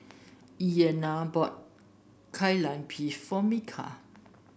Ayana bought Kai Lan Beef for Micah